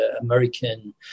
American